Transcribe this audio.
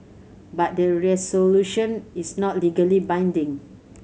but the resolution is not legally binding